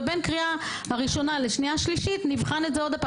ובין קריאה ראשונה לשנייה שלישית נבחן שוב.